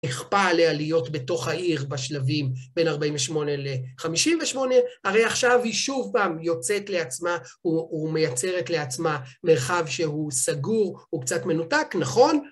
נכפה עליה להיות בתוך העיר בשלבים בין 48 ל-58, הרי עכשיו היא שוב פעם יוצאת לעצמה, ומייצרת לעצמה מרחב שהוא סגור, הוא קצת מנותק, נכון,